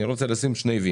אני רוצה לשים שני ווי.